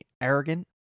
arrogant